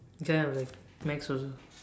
kind of like maths also